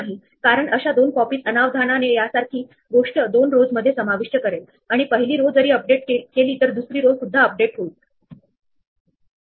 खरेतर हे breadth first search चे उदाहरण आहे हे तुम्ही ग्राफ मध्ये मध्ये शिकणार आहात परंतु फक्त सर्च स्पेस द्वारे अन्वेषण करताना पद्धतशीरपणे ट्रॅक ठेवण्याचा क्यू हा एक उत्तम मार्ग आहे हे स्पष्ट करण्यासाठी आहे